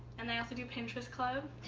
and i also do pinterest club,